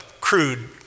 crude